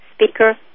speaker